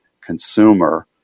consumer